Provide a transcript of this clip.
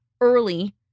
early